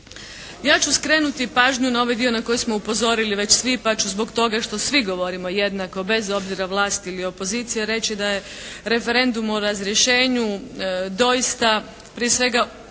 Ja ću skrenuti pažnju na ovaj dio na koji smo upozorili već svi pa ću zbog toga što svi govorimo jednako bez obzira vlast ili opozicija reći da je referendum o razrješenju doista prije svega